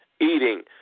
eating